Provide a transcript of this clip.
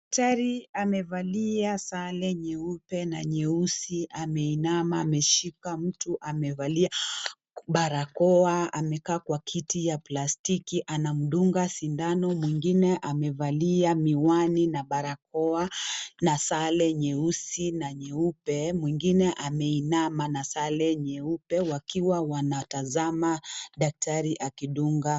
Daktari amevalia sare nyeupe na nyeusi. Ameinama, ameshika mtu amevalia barakoa, amekaa kwa kiti ya plastiki. Anamdunga sindano. Mwingine, amevalia miwani na barakoa na sare nyeusi na nyeupe. Mwingine ameinama na sare nyeupe wakiwa wanatazama daktari akidunga.